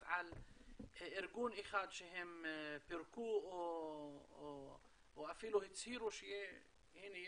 על ארגון אחד שהם פירקו או אפילו הצהירו שהנה,